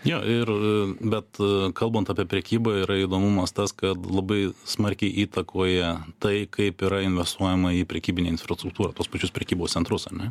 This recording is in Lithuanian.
jo ir bet kalbant apie prekybą yra įdomumas tas kad labai smarkiai įtakoja tai kaip yra investuojama į prekybinę infrastruktūrą tuos pačius prekybos centrus ar ne